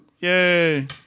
Yay